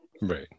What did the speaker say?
Right